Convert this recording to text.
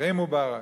אחרי מובארק.